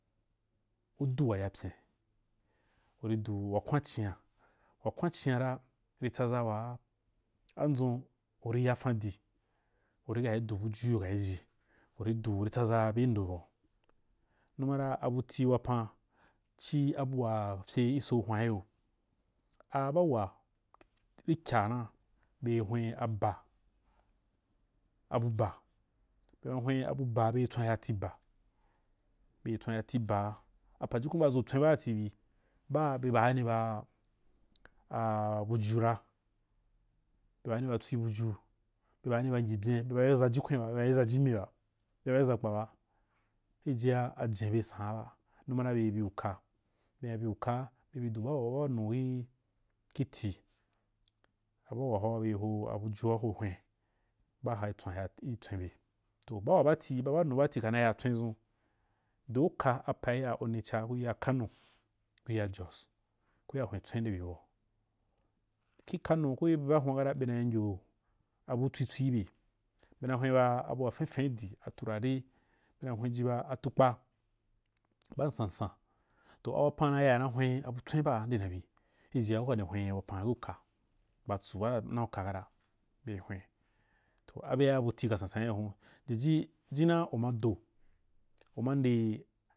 Udu wayapyin urid au wakwan china wakwan chinar a, ritsaza waa, anzun uri yafandi, uri kai du ba bujuiyo kaiji, uri du uri tsazab nda bau numara abuti wappan chi abu a ryen. Iso hwan iyo, abuawa rikyaa na, bei hwen abba abubba bema hwen abubbaa bei bema hwen abubba bei tswan ya tib a, bei tswa yati baa, apajukun baa rustwen baati bi bba be baani baa a-bujura, be baa ni batswi buju, be baani ba ngibyen, be babe zakikwe babe zakpaba, ijijia ajenbe san’aba numara bei biuka bema biukaa, bei bi dubauwa ba baunu i-ki ti, abauwa hoa bei hohwen, baa ha itswan ya itswen be, toh bauwa bati ba bani bati kana ya tswen zun, doi uka pai ya oni cha kui yak kano, kui ya jos kuya hwen tswen nde bi bau, ki kano ko ibe baa hun’a kata beia ngyoo abutswi tswi ibeii bena hwenbau abua renfeni idi a turare bena hwenji baa-atukpa, ban sansan, toh awapan nay a nah wen abutswn baande na bi ijijia uka nde hwen yi wapan i uku ba tsubaa nauka kata bei hwei toh abe buti ka sansan iyo hun, diji jinna uma do, uma nde-